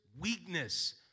weakness